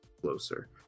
closer